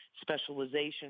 specialization